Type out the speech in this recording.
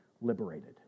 liberated